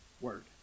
word